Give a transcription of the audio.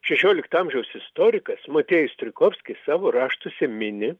šešiolikto amžiaus istorikas motiejus strijkovskis savo raštuose mini